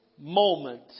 moment